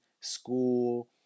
school